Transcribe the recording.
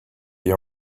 your